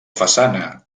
façana